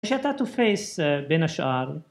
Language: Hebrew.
שאתה תופס בין השאר